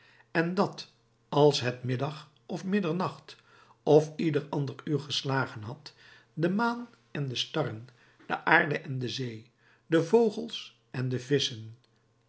en dat als het middag of middernacht of ieder ander uur geslagen had de maan en de starren de aarde en de zee de vogels en de visschen